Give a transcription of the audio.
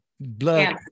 blood